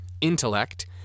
intellect